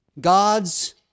God's